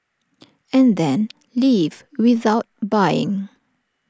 and then leave without buying